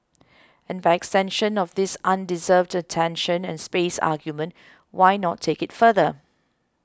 and by extension of this undeserved attention and space argument why not take it further